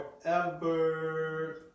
forever